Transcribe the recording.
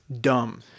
dumb